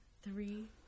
three